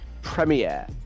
Premiere